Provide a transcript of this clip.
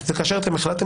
בסדר.